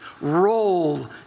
roll